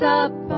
up